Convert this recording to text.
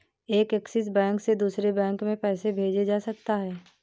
क्या Axis bank से दूसरे बैंक में पैसे भेजे जा सकता हैं?